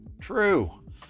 True